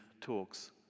talks